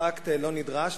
הוא אקט לא נדרש.